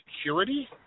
security